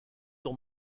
ton